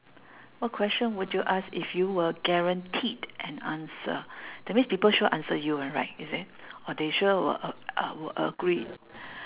what question would you ask if you were guaranteed an answer that means people sure answer you [one] right is it or they sure will uh uh will agree